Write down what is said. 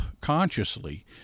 consciously